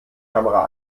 kamera